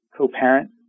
co-parent